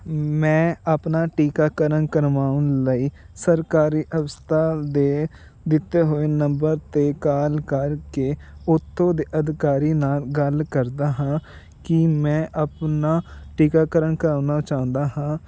ਮੈਂ ਆਪਣਾ ਟੀਕਾਕਰਨ ਕਰਵਾਉਣ ਲਈ ਸਰਕਾਰੀ ਹਸਪਤਾਲ ਦੇ ਦਿੱਤੇ ਹੋਏ ਨੰਬਰ 'ਤੇ ਕਾਲ ਕਰਕੇ ਉੱਥੋਂ ਦੇ ਅਧਿਕਾਰੀ ਨਾਲ ਗੱਲ ਕਰਦਾ ਹਾਂ ਕਿ ਮੈਂ ਆਪਣਾ ਟੀਕਾਕਰਨ ਕਰਵਾਉਣਾ ਚਾਹੁੰਦਾ ਹਾਂ